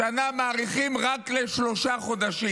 לשנה מאריכים רק לשלושה חודשים.